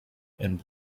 and